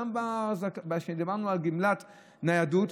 כשדיברנו על גמלת ניידות,